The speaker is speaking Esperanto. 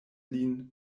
lin